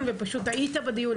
פשוט היית בדיון,